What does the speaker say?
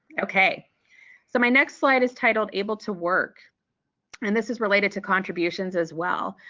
okay so my next slide is titled able to work and this is related to contributions as well.